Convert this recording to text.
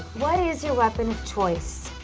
what is your weapon of choice?